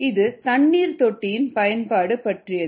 இது தண்ணீர் தொட்டியின் பயன்பாடு பற்றியது